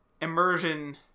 immersion